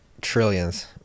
Trillions